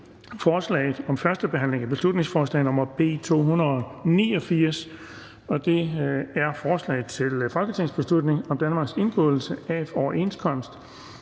er: 2) 1. behandling af beslutningsforslag nr. B 288: Forslag til folketingsbeslutning om Danmarks indgåelse af overenskomst